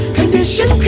condition